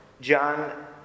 John